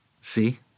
See